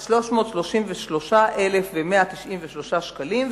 של 333,193 שקלים,